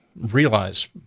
realize